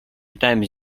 pytałem